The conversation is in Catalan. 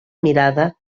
mirada